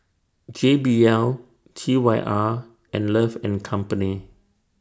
J B L T Y R and Love and Company